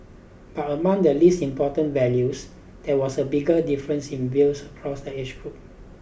but among the least important values there was a bigger difference in views across the age groups